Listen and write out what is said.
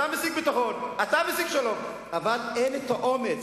אתה משיג ביטחון, אתה משיג שלום, אבל אין האומץ,